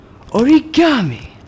Origami